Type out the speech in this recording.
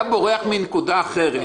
מי